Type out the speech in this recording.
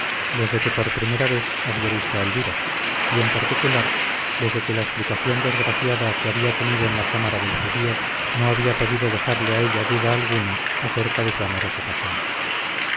desde que por primera vez había visto a elvira y en particular desde que la explicación desgraciada que había tenido en la cámara del judío no había podido dejarle a ella duda alguna acerca de su amorosa pasión